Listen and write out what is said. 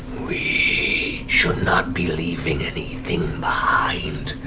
we should not be leaving anything behind.